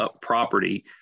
property